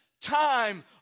time